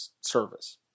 service